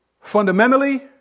Fundamentally